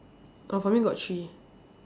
oh for me got three